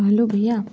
hello भैया